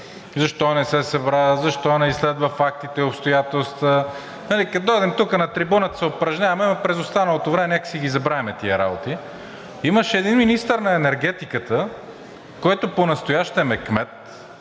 Защо не се събра, защо не изследва фактите и обстоятелства, нали? Като дойдем тук на трибуната, се упражняваме, но през останалото време някак си ги забравяме тези работи. Имаше един министър на енергетиката, който понастоящем е кмет